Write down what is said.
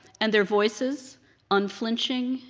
and their voices unflinching,